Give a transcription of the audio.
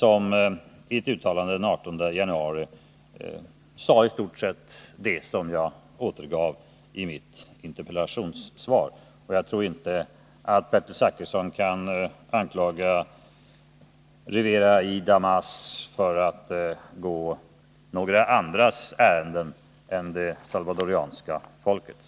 I ett uttalande den 18 januari sade han i stort sett det som jag återgav i mitt interpellationssvar. Jag tror inte att Bertil Zachrisson kan anklaga Rivera y Damas för att gå några andras ärenden än det salvadoranska folkets.